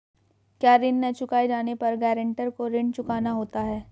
क्या ऋण न चुकाए जाने पर गरेंटर को ऋण चुकाना होता है?